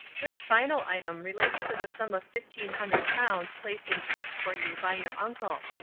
this final item relates to the sum of fifteen hundred pounds placed in trust for you by your uncle.